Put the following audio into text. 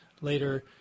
later